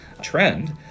trend